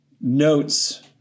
notes